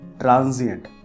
transient